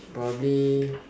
probably